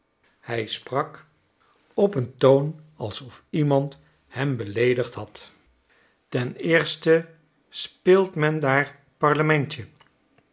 hij sprak op een toon alsof iemand hem beleedigd had ten eerste speelt men daar parlementje